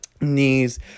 knees